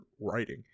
writing